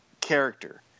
character